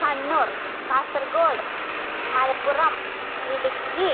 Kannur Kasaragod Malappuram Idukki